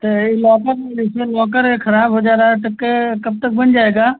तो यह लॉकर मतलब इसमें लॉकर अगर खराब हो जा रहा है तो कब तक बन जाएगा